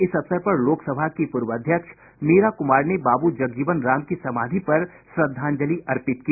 इस अवसर पर लोकसभा की पूर्व अध्यक्ष मीरा कुमार ने बाबू जगजीवन राम की समाधि पर श्रद्धांजलि अर्पित की